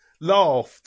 laughed